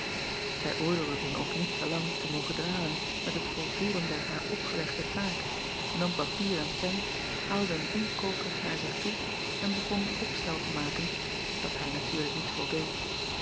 ij oordeelde dan ook niet te lang te mogen dralen met het volvoeren der haar opgelegde taak nam papier en pen haalde een inktkoker naar zich toe en begon een opstel te maken dat haar natuurlijk niet voldeed